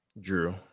Drew